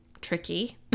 tricky